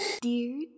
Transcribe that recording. Dear